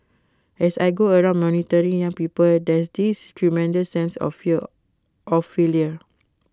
as I go around mentoring young people there's this tremendous sense of fear of failure